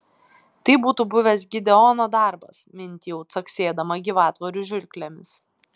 tai būtų buvęs gideono darbas mintijau caksėdama gyvatvorių žirklėmis